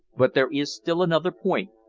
but there is still another point,